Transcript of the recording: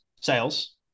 sales